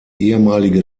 ehemalige